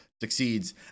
succeeds